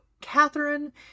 Catherine